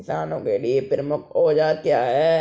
किसानों के लिए प्रमुख औजार क्या हैं?